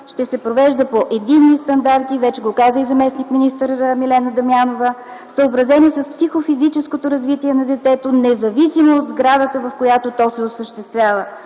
ще се провежда по единни стандарти, това вече го каза заместник-министър Милена Дамянова, съобразени с психо-физическото развитие на детето, независимо от сградата, в която то се осъществява: